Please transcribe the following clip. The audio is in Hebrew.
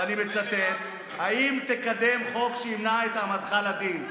ואני מצטט: האם תקדם חוק שימנע את העמדתך לדין?